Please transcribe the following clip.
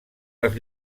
les